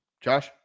Josh